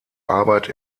arbeit